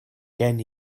gen